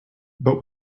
but